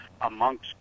amongst